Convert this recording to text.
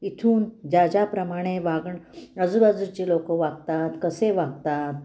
इथून ज्या ज्याप्रमाणे वागणं आजूबाजूचे लोक वागतात कसे वागतात